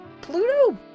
Pluto